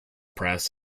press